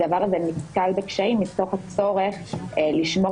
הדבר הזה נתקל בקשיים מתוך הצורך לשמור